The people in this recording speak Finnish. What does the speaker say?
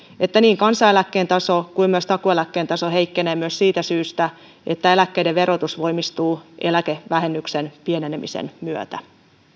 että niin kansaneläkkeen taso kuin myös takuueläkkeen taso heikkenevät myös siitä syystä että eläkkeiden verotus voimistuu eläkevähennyksen pienenemisen myötä